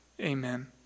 Amen